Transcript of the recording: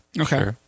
Okay